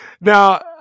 Now